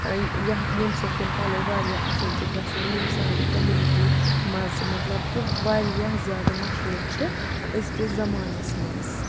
یہِ ہا ییٚمہِ سۭتۍ تِم پَلو واریاہ اصل چھِ گَژھان یِم سانہٕ کوٚمنِٹی منٛز مطلب کہِ واریاہ زیادٕ مشہور چھِ أز کِس زمان مَنٛز